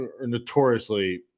notoriously